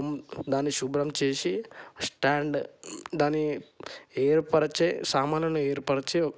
దాన్ని శుభ్రం చేసే స్టాండ్ దాన్ని ఏర్పరచే సామానులను ఏర్పరచే